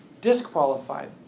disqualified